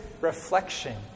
reflection